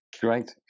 Great